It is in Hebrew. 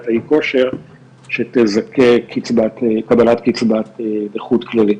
האי כושר שתזכה קבלת קיצבת נכות כללית.